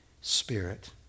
spirit